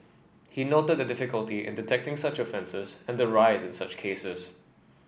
he noted the difficulty in detecting such offences and the rise in such cases